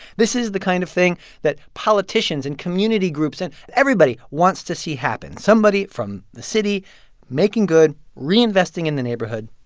this is the kind of thing that politicians and community groups and everybody wants to see happen somebody from the city making good, reinvesting in the neighborhood,